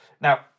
Now